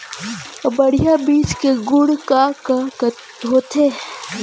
बढ़िया बीज के गुण का का होथे?